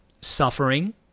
suffering